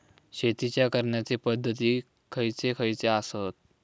शेतीच्या करण्याचे पध्दती खैचे खैचे आसत?